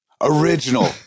Original